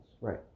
Right